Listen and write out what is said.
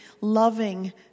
loving